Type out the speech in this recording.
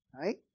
Right